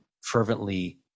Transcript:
fervently